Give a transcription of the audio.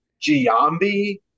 Giambi